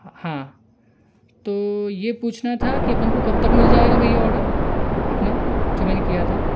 हाँ तो ये पूछना था कि अपन को कब तक मिल जाएगा भैया ऑर्डर अपना जो मैंने किया था